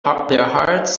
hearts